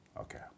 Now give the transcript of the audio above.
Okay